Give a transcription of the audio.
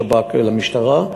לשב"כ ולמשטרה,